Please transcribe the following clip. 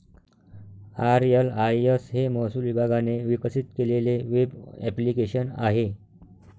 RLIS हे महसूल विभागाने विकसित केलेले वेब ॲप्लिकेशन आहे